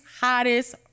hottest